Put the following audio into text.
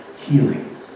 healing